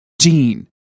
Gene